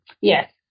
Yes